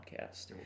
podcast